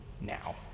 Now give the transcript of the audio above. now